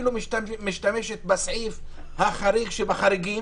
ומשתמשת בסעיף החריג שבחריגים.